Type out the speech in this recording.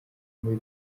muri